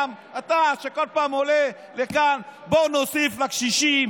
שכל פעם עולה לכאן: בואו נוסיף לקשישים,